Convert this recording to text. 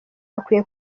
bakwiye